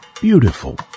beautiful